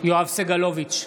יואב סגלוביץ'